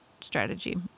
strategy